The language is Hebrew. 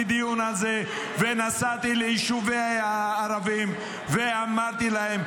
דיון על זה ונסעתי ליישובי הערבים ואמרתי להם,